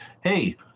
hey